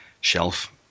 shelf